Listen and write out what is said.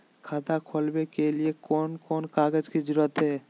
खाता खोलवे के लिए कौन कौन कागज के जरूरत है?